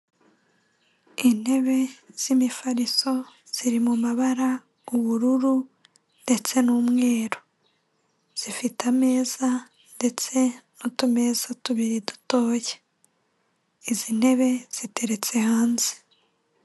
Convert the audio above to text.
Intebe z'imifariso ziri mu mabara ubururu ndetse n'umweru, zifite ameza ndetse n'utumeza tubiri dutoya, izi ntebe ziteretse hanze.